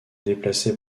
déplacé